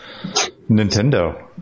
Nintendo